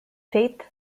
faith